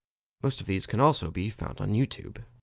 most of these can also be found on youtube.